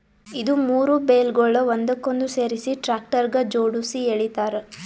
ಇದು ಮೂರು ಬೇಲ್ಗೊಳ್ ಒಂದಕ್ಕೊಂದು ಸೇರಿಸಿ ಟ್ರ್ಯಾಕ್ಟರ್ಗ ಜೋಡುಸಿ ಎಳಿತಾರ್